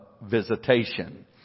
Visitation